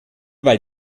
weil